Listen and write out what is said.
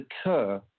occur